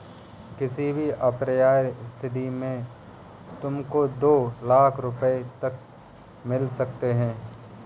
किसी भी अप्रिय स्थिति में तुमको दो लाख़ रूपया तक मिल सकता है